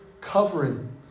covering